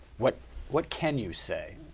what what can you say?